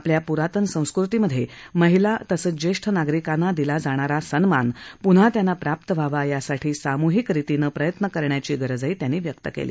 आपल्या पुरातन संस्कृतीमधे महिला ज्येष्ठ नागरिकांना दिला जाणारा सन्मान पुन्हा त्यांना प्राप्त व्हावा यासाठी सामुहिक रितीनं प्रयत्न करण्याची गरजही त्यांनी व्यक्त केली